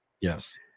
Yes